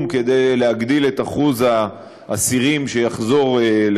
כדי להגדיל את שיעור האסירים שיחזור להיות